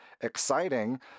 exciting